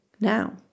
now